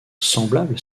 semblable